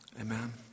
Amen